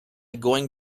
going